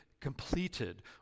completed